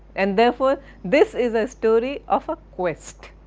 and therefore this is a story of a quest.